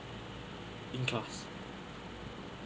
in class